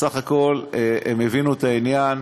בסך הכול הם הבינו את העניין.